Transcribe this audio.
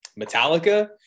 metallica